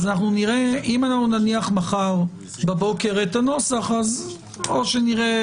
אם נניח מחר בבוקר את הנוסח אז נראה.